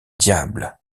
diable